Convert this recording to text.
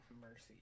Mercy